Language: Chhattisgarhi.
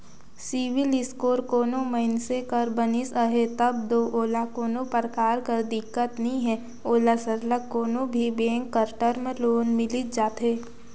सिविल इस्कोर कोनो मइनसे कर बनिस अहे तब दो ओला कोनो परकार कर दिक्कत नी हे ओला सरलग कोनो भी बेंक कर टर्म लोन मिलिच जाथे